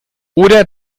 oder